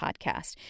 podcast